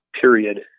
Period